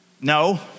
No